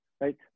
right